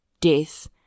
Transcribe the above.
death